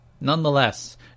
nonetheless